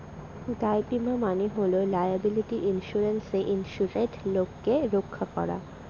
দায় বীমা মানে হল লায়াবিলিটি ইন্সুরেন্সে ইন্সুরেড লোককে রক্ষা করা